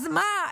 אז מה?